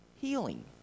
healing